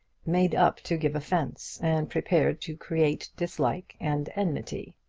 made up to give offence, and prepared to create dislike and enmity.